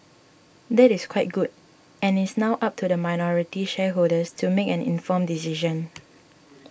that is quite good and it's now up to minority shareholders to make an informed decision